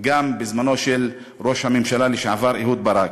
גם בזמנו של ראש הממשלה לשעבר אהוד ברק,